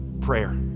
prayer